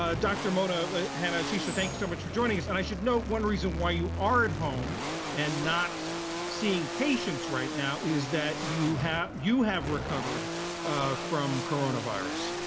ah dr. mona hanna-attisha, thank you so much for joining us. and i should note, one reason why you are at home and not seeing patients right now is that you have you have recovered from coronavirus.